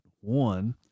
One